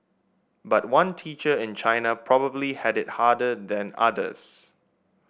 but one teacher in China probably had it harder than others